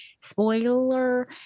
Spoiler